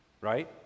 right